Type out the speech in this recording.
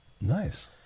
Nice